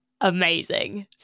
amazing